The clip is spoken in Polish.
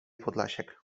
podlasiak